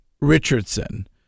Richardson